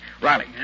Riley